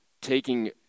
taking